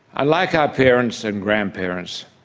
like our parents and grandparents,